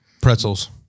Pretzels